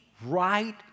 Right